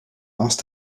asked